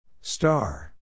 Star